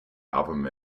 album